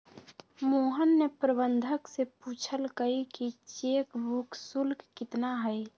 मोहन ने प्रबंधक से पूछल कई कि चेक बुक शुल्क कितना हई?